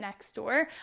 Nextdoor